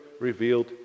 revealed